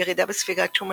ירידה בספיגת שומנים,